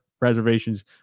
reservations